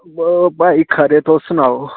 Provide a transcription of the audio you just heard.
ओह् भाई खरे तुस सनाओ